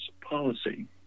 policy